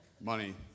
Money